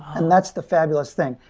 and that's the fabulous thing,